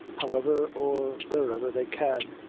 however or wherever they can.